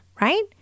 right